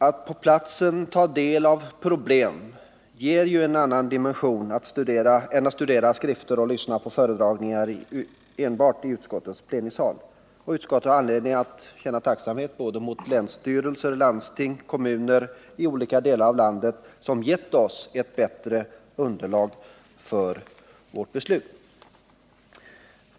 Att på platsen ta del av problem ger ju en annan dimension åt det hela än om man enbart studerar skrifter och lyssnar på framställningar i utskottets plenisal, och utskottet har anledning att känna tacksamhet mot länsstyrelser, landsting och kommuner i olika delar av landet som gett oss ett bättre underlag för vårt beslut.